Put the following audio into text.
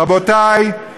רבותי,